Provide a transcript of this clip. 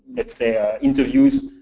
let's say ah interviews,